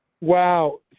Wow